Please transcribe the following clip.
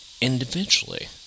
individually